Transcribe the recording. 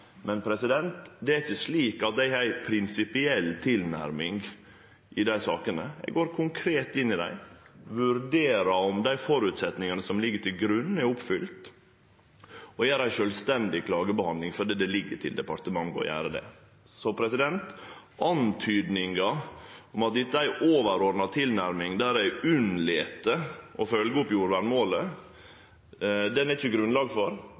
Men det er ikkje slik at eg har ei prinsipiell tilnærming i dei sakene. Eg går konkret inn i dei, vurderer om dei føresetnadene som ligg til grunn, er oppfylte, og gjer ei sjølvstendig klagebehandling fordi det ligg til departementet å gjere det. Så antydningar om at dette er ei overordna tilnærming der eg unnlèt å følgje opp jordvernmålet, er det ikkje grunnlag for,